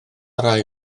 rai